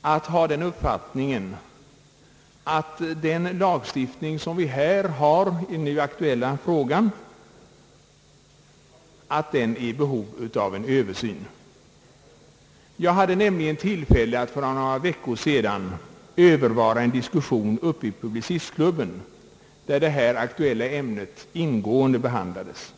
att ha den uppfattningen, att den lagstiftning som vi har i den nu aktuella frågan är i behov av en översyn. Jag hade tillfälle för några veckor sedan att övervara en diskussion i Publicistklubben, där detta aktuella ämne ingående behandlades.